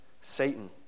Satan